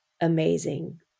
amazing